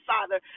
Father